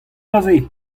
aze